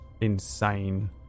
insane